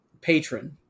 patron